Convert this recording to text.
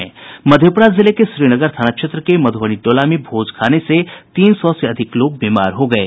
मधेपुरा जिले के श्रीनगर थाना क्षेत्र के मधुबनी टोला में भोज खाने से तीन सौ से अधिक लोग बीमार हो गये